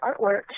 artwork